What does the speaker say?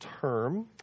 term